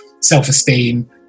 self-esteem